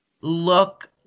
look